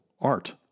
art